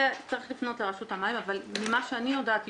זה צריך לפנות לרשות המים אבל ממה שאני יודעת,